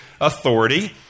authority